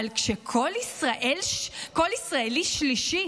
אבל כשכל ישראלי שלישי